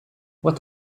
what